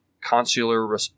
consular